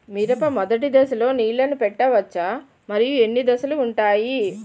మిరప మొదటి దశలో నీళ్ళని పెట్టవచ్చా? మరియు ఎన్ని దశలు ఉంటాయి?